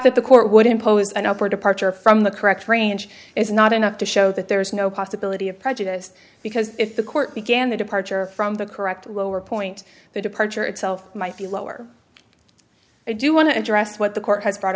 that the court would impose an up or departure from the correct range is not enough to show that there is no possibility of prejudice because if the court began the departure from the correct lower point the departure itself might be lower i do want to address what the court has brought